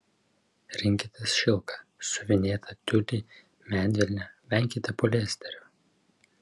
rinkitės šilką siuvinėtą tiulį medvilnę venkite poliesterio